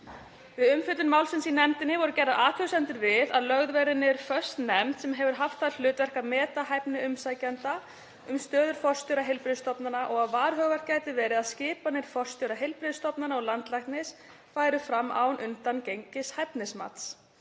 Við umfjöllun málsins í nefndinni voru gerðar athugasemdir við að lögð verði niður föst nefnd sem hefur haft það hlutverk að meta hæfni umsækjenda um stöður forstjóra heilbrigðisstofnana og að varhugavert gæti verið að skipanir forstjóra heilbrigðisstofnana og landlæknis fari fram án undangengins hæfnismats.